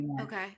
Okay